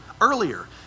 earlier